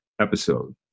episode